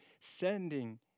sending